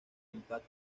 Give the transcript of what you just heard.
impact